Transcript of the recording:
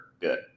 Good